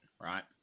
right